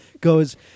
goes